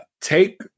take